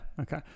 okay